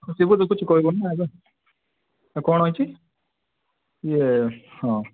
ଶିବୁ ତ କିଛି କହିବନି ନା ଆଜ୍ଞା ହଁ କ'ଣ ହେଇଛି ଇଏ ହଁ